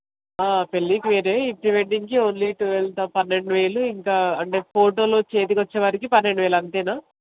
పెళ్ళికి వేరే ఈ ఫ్రీ వెడ్డింగ్కి ఓన్లీ ట్వేల్వ్ పన్నెండు వేలు ఇంకా అంటే ఫోటోలు చేతికి వచ్చేవరకు పన్నెండు వేలు అంతేనా